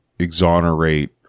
exonerate